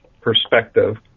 perspective